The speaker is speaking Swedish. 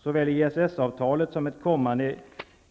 Såväl EES-avtalet som ett kommande